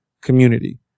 community